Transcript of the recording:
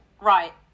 right